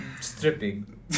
stripping